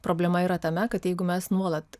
problema yra tame kad jeigu mes nuolat